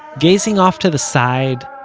gazing off to the side,